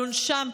על עונשם.